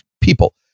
people